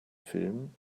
film